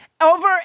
over